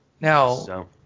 Now